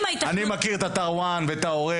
אני מכיר את אתר "one" ואת העורך.